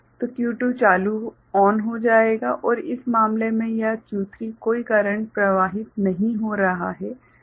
तो Q2 चालू हो जाएगा और इस मामले में यह Q3 कोई करंट प्रवाहित नहीं हो रहा है